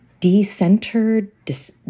decentered